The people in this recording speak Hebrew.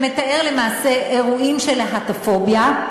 שמתאר למעשה אירועים של להט"בופוביה,